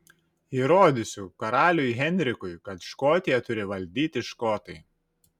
įrodysiu karaliui henrikui kad škotiją turi valdyti škotai